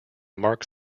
marks